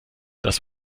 das